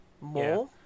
more